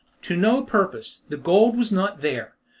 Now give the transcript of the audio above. to no purpose. the gold was not there.